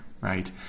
right